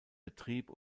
betrieb